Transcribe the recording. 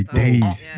days